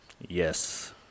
Yes